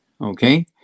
Okay